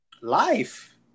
Life